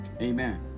Amen